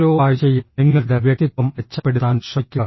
ഓരോ ആഴ്ചയും നിങ്ങളുടെ വ്യക്തിത്വം മെച്ചപ്പെടുത്താൻ ശ്രമിക്കുക